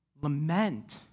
lament